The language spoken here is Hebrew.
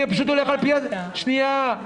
שניה.